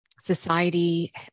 society